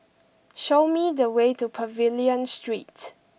show me the way to Pavilion Street